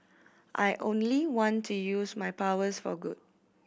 I only want to use my powers for good